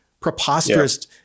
preposterous